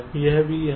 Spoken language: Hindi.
यह भी यहां है